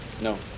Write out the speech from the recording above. No